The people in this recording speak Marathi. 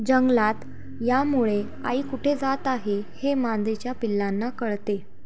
जंगलात यामुळे आई कुठे जात आहे हे मांदेच्या पिल्लांना कळते